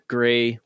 Gray